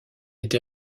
été